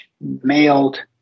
mailed